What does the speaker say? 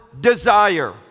desire